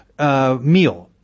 meal